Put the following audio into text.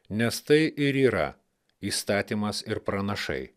nes tai ir yra įstatymas ir pranašai